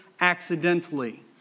accidentally